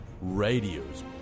Radio's